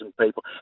people